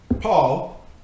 Paul